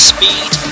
Speed